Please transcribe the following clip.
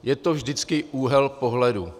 Je to vždycky úhel pohledu.